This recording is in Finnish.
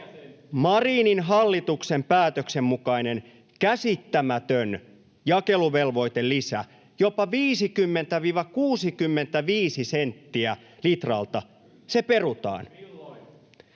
Marinin hallituksen päätöksen mukainen käsittämätön jakeluvelvoitelisä, jopa 50—65 senttiä litralta, perutaan.